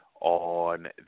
on